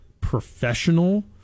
professional